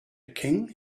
king